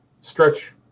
stretch